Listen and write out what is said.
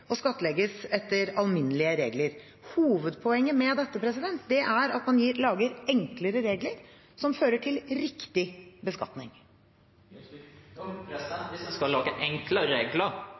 skattlegges etter alminnelige regler. Hovedpoenget med dette er at man lager enklere regler, som fører til riktig beskatning. Hvis skal en lage enklere regler,